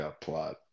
plot